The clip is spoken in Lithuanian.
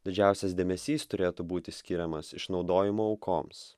didžiausias dėmesys turėtų būti skiriamas išnaudojimo aukoms